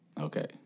Okay